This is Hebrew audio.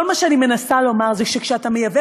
כל מה שאני מנסה לומר זה שכשאתה מייבא